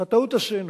את הטעות עשינו.